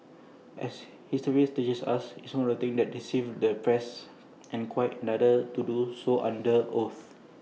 as history teaches us IT is one thing to deceive the press and quite another to do so under oath